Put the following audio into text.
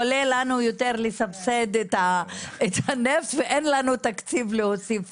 עולה לנו יותר לסבסד את הנפט ואין לנו תקציב להוסיף